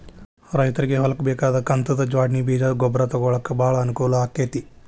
ರೈತ್ರಗೆ ಹೊಲ್ಕ ಬೇಕಾದ ಕಂತದ ಜ್ವಾಡ್ಣಿ ಬೇಜ ಗೊಬ್ರಾ ತೊಗೊಳಾಕ ಬಾಳ ಅನಕೂಲ ಅಕೈತಿ